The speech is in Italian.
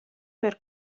per